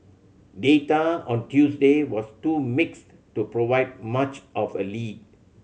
data out Tuesday was too mixed to provide much of a lead